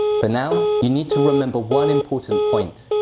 for now, you need to remember one important point